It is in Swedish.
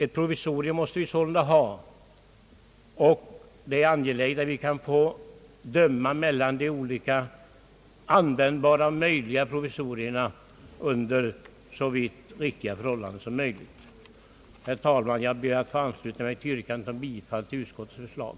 Ett provisorium måste vi sålunda ha, och det är angeläget att vi kan få döma mellan de olika användbara provisorierna under så riktiga förhållanden som möjligt. Herr talman! Jag ber att få ansluta mig till yrkandet om bifall till utskottets förslag.